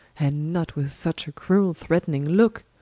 and not with such a cruell threatning looke.